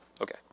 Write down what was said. Okay